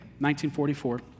1944